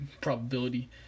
probability